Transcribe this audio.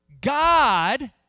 God